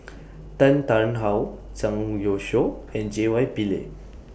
Tan Tarn How Zhang Youshuo and J Y Pillay